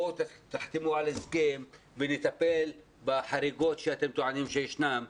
בואו תחתמו על ההסכם ונטפל בחריגות שאתם טוענים שישנן.